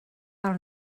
del